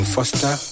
Foster